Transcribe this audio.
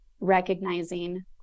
recognizing